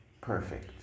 perfect